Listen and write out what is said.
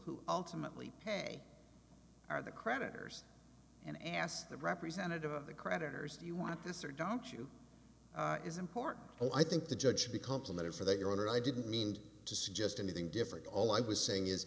who ultimately pay are the creditors and asked the representative of the creditors do you want this or don't you is important oh i think the judge should be complimented for that your honor i didn't mean to suggest anything different all i was saying is